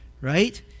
right